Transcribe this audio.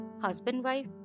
husband-wife